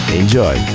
enjoy